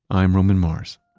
i'm roman mars.